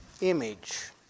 image